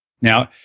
Now